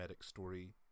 story